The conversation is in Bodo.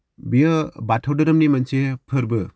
बियो बाथौ धोरोमनि मोनसे फोर्बो